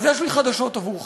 אז יש לי חדשות עבורכם: